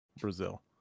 Brazil